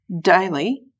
daily